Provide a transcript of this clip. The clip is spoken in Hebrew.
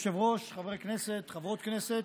כבוד היושב-ראש, חברי הכנסת, חברות הכנסת,